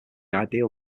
ideal